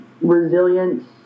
resilience